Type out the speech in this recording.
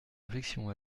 réflexion